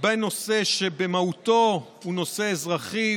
בנושא שבמהותו הוא נושא אזרחי,